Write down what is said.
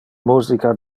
musica